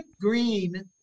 green